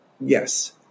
Yes